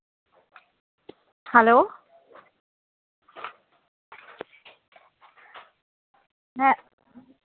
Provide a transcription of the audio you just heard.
hello ᱦᱮᱸᱜ